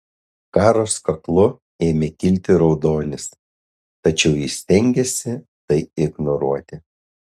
karos kaklu ėmė kilti raudonis tačiau ji stengėsi tai ignoruoti